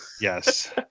Yes